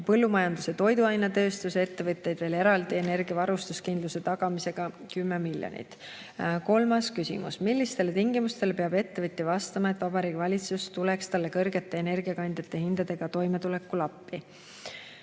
Põllumajandus- ja toiduainetööstuse ettevõtteil aitame veel eraldi energiavarustuskindlust tagada 10 miljoniga. Kolmas küsimus: "Millistele tingimustele peab ettevõtja vastama, et Vabariigi Valitsus tuleks talle kõrgete energiakandjate hindadega toimetulekul appi?"